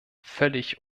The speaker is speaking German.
völlig